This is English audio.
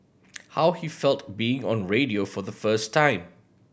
how he felt being on radio for the first time